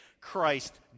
Christ